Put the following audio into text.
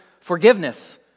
forgiveness